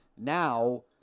now –